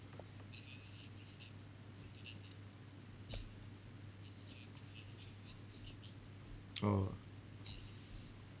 oh